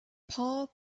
paul